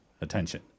Attention